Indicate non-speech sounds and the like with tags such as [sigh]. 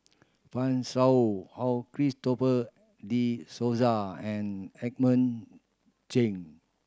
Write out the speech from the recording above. Fan Shao [unintelligible] Christopher De Souza and Edmund Cheng